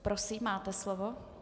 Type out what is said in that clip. Prosím, máte slovo.